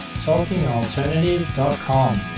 talkingalternative.com